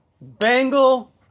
Bangle